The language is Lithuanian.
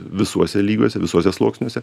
visuose lygiuose visuose sluoksniuose